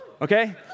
Okay